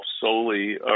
solely